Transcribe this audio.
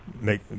make